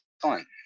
fine